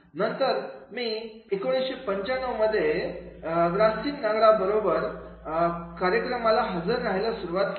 नंतर मी 95 मध्ये गसिम नगडा बरोबर कार्यक्रमाला हजर राहायला सुरुवात केली